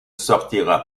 sortira